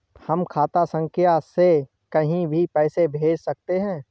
हम खाता संख्या से कहीं भी पैसे कैसे भेज सकते हैं?